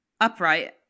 upright